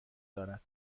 دارد